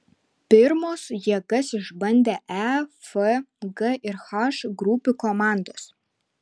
pirmos jėgas išbandė e f g ir h grupių komandos